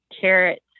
carrots